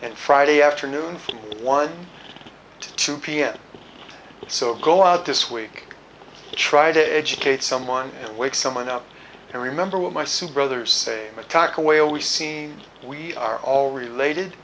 and friday afternoon from one to two pm so go out this week try to educate someone and wake someone up i remember when my son brother same attack away all we seen we are all related